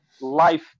life